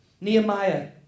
Nehemiah